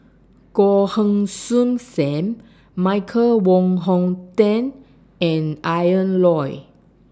Goh Heng Soon SAM Michael Wong Hong Teng and Ian Loy